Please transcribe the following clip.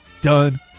done